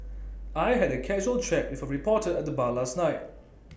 I had A casual chat with A reporter at the bar last night